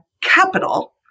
capital